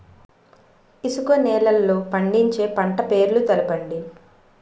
ఇసుక నేలల్లో పండించే పంట పేర్లు తెలపండి?